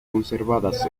conservadas